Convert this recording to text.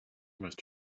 almost